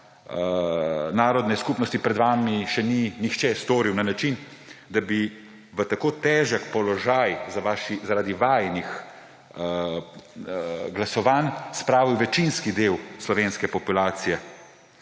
narodne skupnosti, pred vami še ni nihče storil na način, da bi v tako težak položaj zaradi vajinih glasovanj spravil večinski del slovenske populacije.